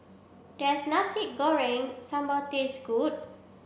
does nasi goreng sambal taste good